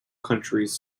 countries